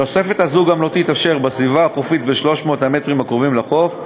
התוספת הזאת גם לא תתאפשר בסביבה החופית ב-300 המטרים הקרובים לחוף,